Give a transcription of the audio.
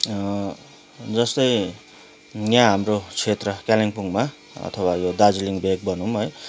जस्तै यहाँ हाम्रो क्षेत्र कालिम्पोङमा अथवा यो दार्जिलिङ भेग भनौँ है